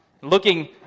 looking